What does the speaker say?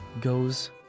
goes